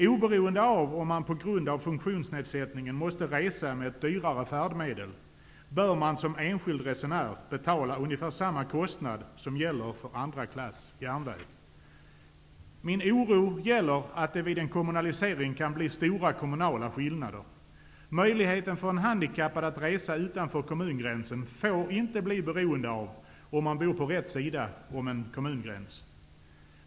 Oberoende av om man på grund av funktionsnedsättningen måste resa med ett dyrare färdmedel, bör man som enskild resenär betala ungefär samma kostnad som gäller för en andra klass-järnvägsbiljett. Min oro gäller att det vid en kommunalisering kan bli stora kommunala skillnader. Möjligheten för en handikappad att resa utanför kommungränsen får inte bli beroende av om man bor på rätt sida om en kommungräns.